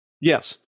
Yes